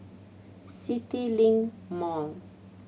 CityLink Mall